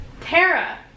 Tara